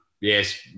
yes